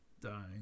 dying